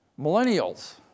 millennials